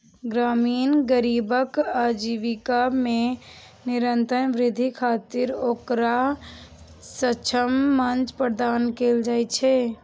ग्रामीण गरीबक आजीविका मे निरंतर वृद्धि खातिर ओकरा सक्षम मंच प्रदान कैल जाइ छै